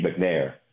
McNair